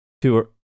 tour